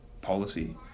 policy